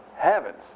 Heavens